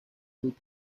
with